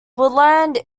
woodland